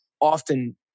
often